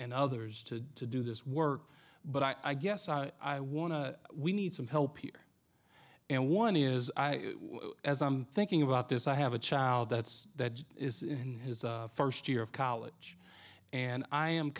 and others to to do this work but i guess i want to we need some help here and one is as i'm thinking about this i have a child that's that is in his first year of college and i am